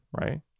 right